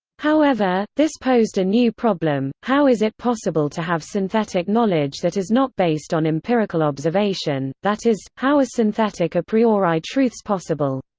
however, this posed a new problem how is it possible to have synthetic knowledge that is not based on empirical observation that is, how are ah synthetic a priori truths possible?